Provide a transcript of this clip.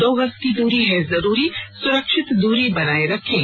दो गज की दूरी है जरूरी सुरक्षित दूरी बनाए रखें